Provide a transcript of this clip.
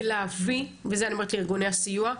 זה להביא וזה אני אומרת לארגוני הסיוע,